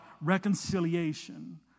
reconciliation